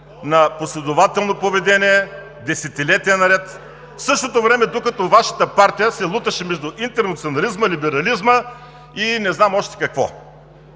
на последователно поведение десетилетия наред, в същото време докато Вашата партия се луташе между интернационализма, либерализма и не знам още какво.